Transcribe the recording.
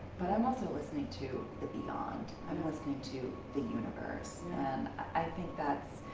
but i'm also listening to the beyond, i'm listening to the universe. and i think that's,